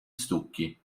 stucchi